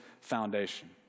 foundation